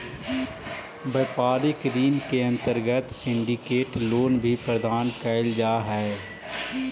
व्यापारिक ऋण के अंतर्गत सिंडिकेट लोन भी प्रदान कैल जा हई